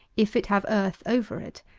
if it have earth over it,